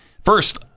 First